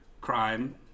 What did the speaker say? crime